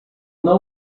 não